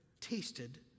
tasted